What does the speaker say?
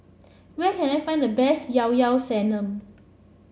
where can I find the best Llao Llao Sanum